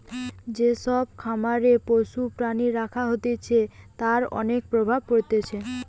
যে সব খামারে পশু প্রাণী রাখা হতিছে তার অনেক প্রভাব পড়তিছে